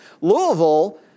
Louisville